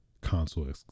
console